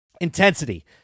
Intensity